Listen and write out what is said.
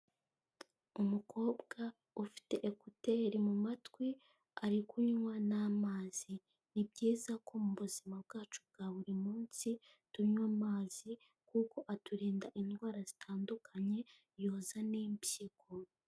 Umukobwa ufite ekuteri mu matwi, ari kunywa n'amazi. Ni byiza ko mu buzima bwacu bwa buri munsi tunywa amazi kuko aturinda indwara zitandukanye, yoza n'impyiko.